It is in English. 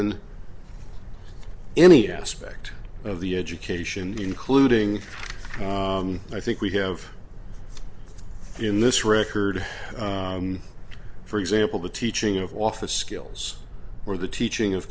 examine any aspect of the education including i think we have in this record for example the teaching of office skills or the teaching of